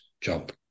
job